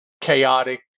chaotic